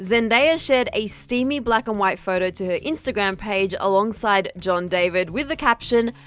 zendaya shared a steamy black and white photo to her instagram page alongside john david, with the caption,